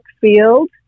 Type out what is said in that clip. field